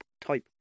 type